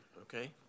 okay